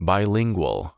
Bilingual